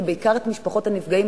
ובעיקר את משפחות הנפגעים,